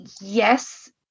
yes